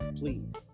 please